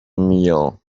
meal